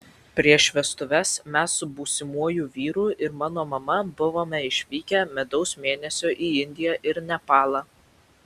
prieš vestuves mes su būsimuoju vyru ir mano mama buvome išvykę medaus mėnesio į indiją ir nepalą